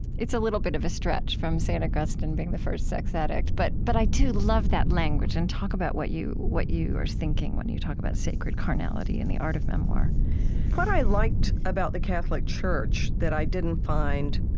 it's a little bit of a stretch, from st. augustine being the first sex addict, but but i do love that language. and talk about what you what you are thinking, when you talk about sacred carnality in the art of memoir what i liked about the catholic church that i didn't find,